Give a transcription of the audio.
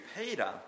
Peter